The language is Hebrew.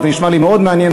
זה נשמע לי מאוד מעניין,